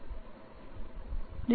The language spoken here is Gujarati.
A A